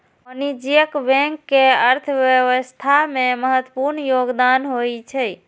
वाणिज्यिक बैंक के अर्थव्यवस्था मे महत्वपूर्ण योगदान होइ छै